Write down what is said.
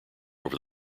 over